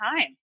time